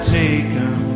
taken